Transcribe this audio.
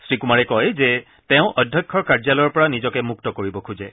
শ্ৰীকুমাৰে কয় যে তেওঁ অধ্যক্ষৰ কাৰ্যালয়ৰ পৰা নিজকে মুক্ত কৰিব খোজে